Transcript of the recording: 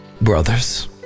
Brothers